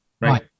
right